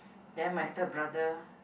then my third brother